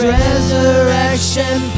resurrection